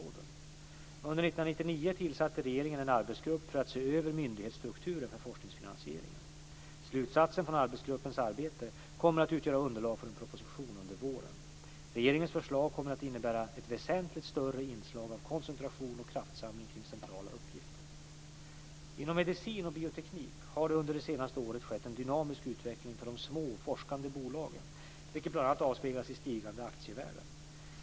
Under år 1999 tillsatte regeringen en arbetsgrupp för att se över myndighetsstrukturen för forskningsfinansieringen. Slutsatserna från arbetsgruppens arbete kommer att utgöra underlag för en proposition under våren. Regeringens förslag kommer att innebära ett väsentligt större inslag av koncentration och kraftsamling kring centrala uppgifter. Inom medicin och bioteknik har det under det senaste året skett en dynamisk utveckling för de små forskande bolagen vilket bl.a. avspeglas i stigande aktievärden.